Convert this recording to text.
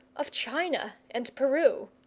of china and peru.